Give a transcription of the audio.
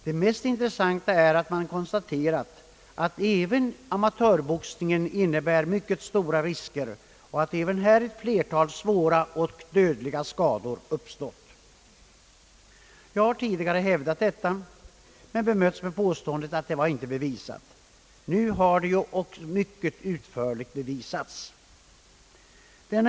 Det mest intressanta är att man konstaterat att även amatörboxningen innebär mycket stora risker och att också här ett flertal svåra eller dödliga skador uppstått. Jag har tidigare hävdat detta, men bemötts med påståendet att det inte vore bevisat. Nu har det bevisats mycket utförligt.